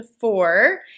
four